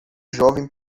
jovem